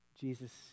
Jesus